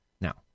Now